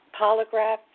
polygraph